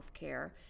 healthcare